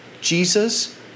Jesus